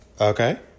okay